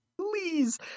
Please